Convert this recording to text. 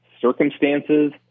circumstances